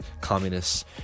communists